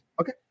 Okay